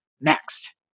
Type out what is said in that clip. next